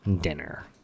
dinner